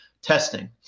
Testing